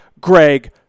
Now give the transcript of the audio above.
Greg